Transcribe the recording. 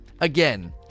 again